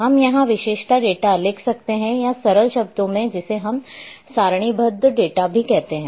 हम यहां विशेषता डेटा लिख सकते हैं या सरल शब्दों में जिसे हम सारणीबद्ध डेटा भी कहते हैं